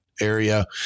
area